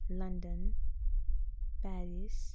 London Paris